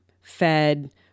fed